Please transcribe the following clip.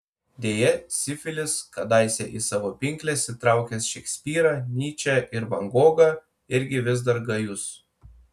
deja sifilis kadaise į savo pinkles įtraukęs šekspyrą nyčę ir van gogą irgi vis dar gajus